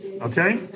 Okay